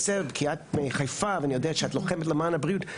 אני יודע כי את מחיפה ואני יודע שאת לוחמת למען הבריאות,